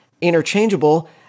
interchangeable